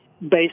based